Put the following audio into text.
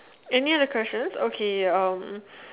any other question okay um